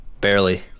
Barely